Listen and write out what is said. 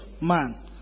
man